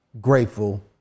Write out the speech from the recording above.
grateful